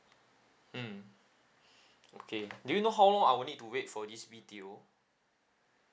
mm okay do you know how long I will need to wait for this B_T_O